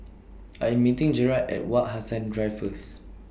I'm meeting Jerad At Wak Hassan Drive First